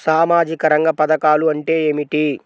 సామాజిక రంగ పధకాలు అంటే ఏమిటీ?